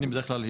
בדרך כלל,